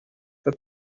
for